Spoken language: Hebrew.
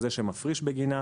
והוא זה שמפריש בגינה.